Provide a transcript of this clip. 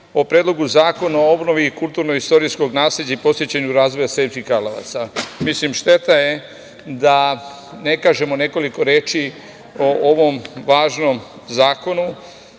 o Predlogu zakona o obnovi kulturno-istorijskog nasleđa i podsticanja razvoja Sremskih Karlovaca. Šteta je da ne kažemo nekoliko reči o ovom važnom zakonu.